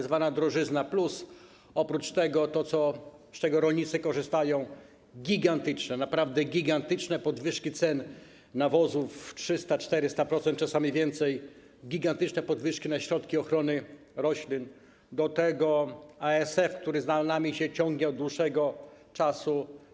Tzw. drożyzna+, oprócz tego to, z czego rolnicy korzystają: gigantyczne, naprawdę gigantyczne podwyżki cen nawozów, 300%, 400%, czasami więcej, gigantyczne podwyżki cen środków ochrony roślin, do tego ASF, który ciągnie się za nami od dłuższego czasu.